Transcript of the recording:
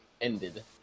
ended